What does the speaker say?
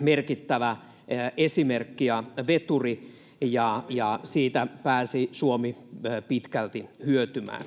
Ja Paavo Lipponen!] ja siitä pääsi Suomi pitkälti hyötymään.